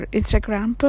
Instagram